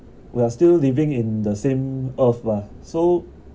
we're still living in the same earth mah so